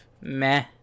meh